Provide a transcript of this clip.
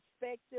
perspective